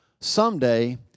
Someday